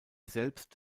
selbst